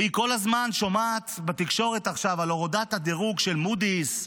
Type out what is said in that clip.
והיא כל הזמן שומעת בתקשורת עכשיו על הורדת הדירוג של מודי'ס,